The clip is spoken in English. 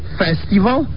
festival